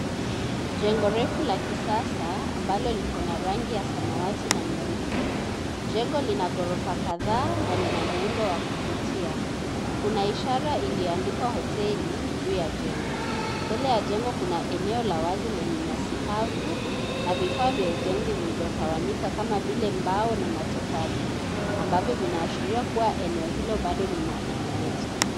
Jengo refu ya kisasa ambalo liko na rangi ya samawati na nyeupe Jengo lina ghorofa na lina muundo wa kuvutia. Kuna ishara iliandikwa hoteli juu ya jengo. Mbele ya jengo kuna eneo la wazi lenye nyasi kavu na vifaa vya ujenzi vilivyotawanyika kama vile mbao na matofali ambavyo vinaashiria kuwa eneo hilo bado linaendelezwa.